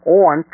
on